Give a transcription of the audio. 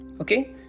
Okay